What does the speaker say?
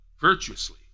virtuously